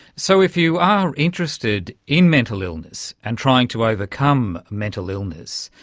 so if you are interested in mental illness and trying to overcome mental illness,